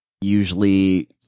usually